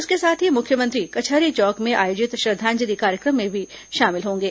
इसके साथ ही मुख्यमंत्री कचहरी चौक में आयोजित श्रद्धांजलि कार्यक्रम में भी शामिल होंगे